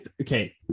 okay